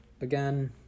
Again